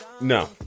No